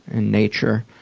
in nature.